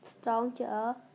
stronger